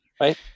Right